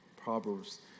Proverbs